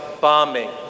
bombing